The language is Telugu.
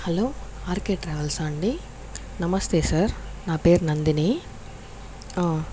హలో ఆర్కే ట్రావెల్సా అండీ నమస్తే సార్ నా పేరు నందిని